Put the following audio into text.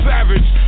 Savage